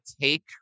take